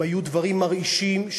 הם היו דברים מרעישים,